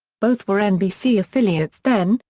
both were nbc affiliates then,